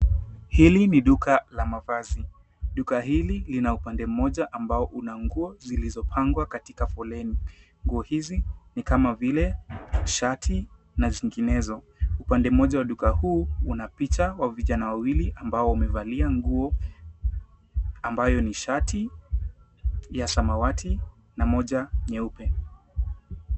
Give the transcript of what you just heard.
Hili ni duka la mavazi. Duka hili lina upande mmoja ambao una nguo zilizopangwa katika foleni. Nguo hizi ni kama vile shati na zinginezo. Upande moja wa duka huu, una picha wa vijana wawili ambao wamevalia nguo ambayo ni shati ya samawati na moja nyeupe.